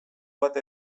bat